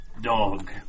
dog